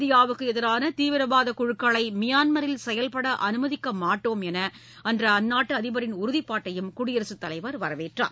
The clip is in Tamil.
இந்தியாவுக்கு எதிரான தீவிரவாத குழுக்களை மியான்மரில் செயல்பட அனுமதிக்கமாட்டோம் என்ற அந்நாட்டு அதிபரின் உறுதிப்பாட்டையும் குடியரசுத் தலைவர் வரவேற்றார்